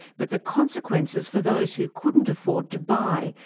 but the consequences for those who couldn't afford to buy,